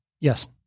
Yes